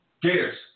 Gators